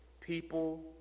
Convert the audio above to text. people